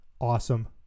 Awesome